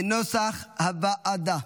כנוסח הוועדה.